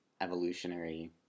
evolutionary